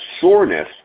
Soreness